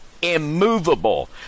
immovable